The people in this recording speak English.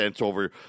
over